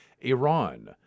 Iran